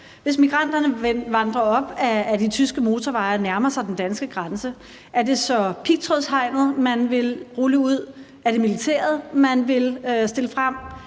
Hvis migranterne vandrer op ad de tyske motorveje og nærmer sig den danske grænse, er det så pigtrådshegnet, man vil rulle ud, er det militæret, man vil stille frem,